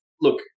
look –